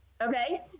Okay